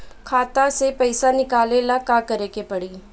खाता से पैसा निकाले ला का करे के पड़ी?